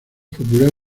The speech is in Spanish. popular